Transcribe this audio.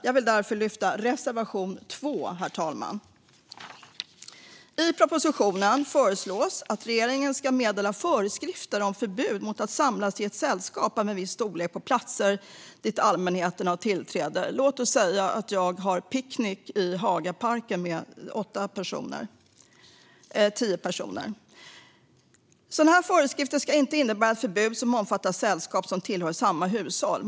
Jag vill därför lyfta reservation 2, herr talman. I propositionen föreslås att regeringen ska få meddela föreskrifter om förbud mot att samlas i ett sällskap av en viss storlek på platser dit allmänheten har tillträde. Låt oss säga att jag har picknick i Hagaparken med tio personer. Sådana föreskrifter ska inte innebära ett förbud som omfattar sällskap av personer som tillhör samma hushåll.